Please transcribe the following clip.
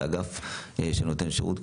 האגף שבו פסיכולוגים חרדים נותנים שירות,